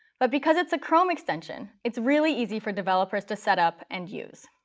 but because it's a chrome extension it's really easy for developers to set up and use.